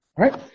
right